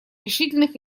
решительных